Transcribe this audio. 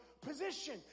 position